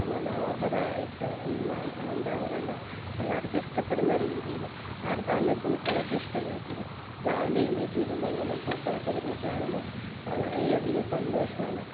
മനോഹരമായിട്ട് എന്നാൽ എന്താണ് പറയേണ്ടത് എല്ലാവർക്കും ഇഷ്ടപ്പെടുന്ന രീതിയിൽ ആർക്കാണ് അല്ലേ പൂക്കളൊക്കെ ഇഷ്ടമല്ലാത്തത് രാവിലെ എഴുന്നേറ്റ് വരുമ്പോൾ ഇങ്ങനെ പൂക്കളൊക്കെ വിരിഞ്ഞിട്ട് കാണുമ്പോൾ വളരെ അധികം സന്തോഷമാണ്